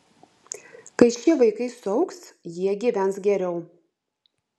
kai šie vaikai suaugs jie gyvens geriau